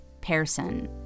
Pearson